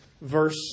verse